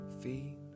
feet